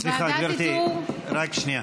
ועדת איתור, סליחה, גברתי, רק שנייה.